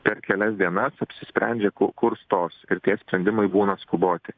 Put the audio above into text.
per kelias dienas apsisprendžia ku kur stos ir tie sprendimai būna skuboti